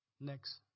next